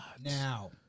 Now